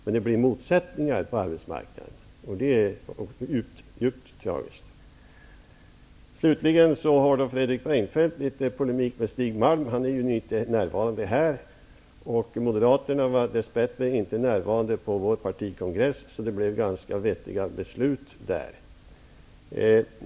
Däremot blir det motsättningar på arbetsmarknaden, och det är djupt tragisk. Slutligen har Fredrik Reinfeldt litet polemik med Stig Malm. Han är ju inte närvarande här, och moderaterna var dess bättre inte närvarande på vår partikongress. Därför blev det ganska vettiga beslut där.